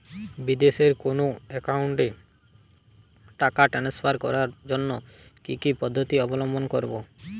বিদেশের কোনো অ্যাকাউন্টে টাকা ট্রান্সফার করার জন্য কী কী পদ্ধতি অবলম্বন করব?